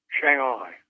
Shanghai